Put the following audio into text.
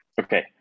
Okay